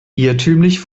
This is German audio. irrtümlich